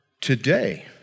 today